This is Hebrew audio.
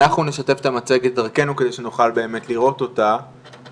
אנחנו נשתף את המצגת דרכינו כדי שנוכל באמת לראות אותה,